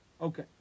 Okay